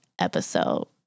episode